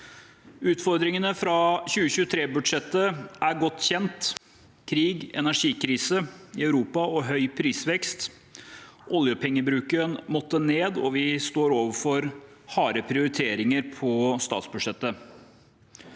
Utfordringene fra 2023-budsjettet er godt kjent: Krig, energikrise i Europa og høy prisvekst. Oljepengebruken måtte ned, og vi står overfor harde prioriteringer på statsbudsjettet.